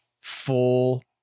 full